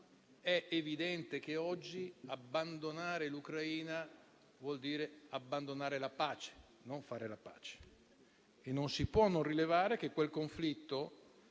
è evidente che oggi abbandonare l'Ucraina vuol dire abbandonare la pace, non fare la pace. Non si può non rilevare che quel conflitto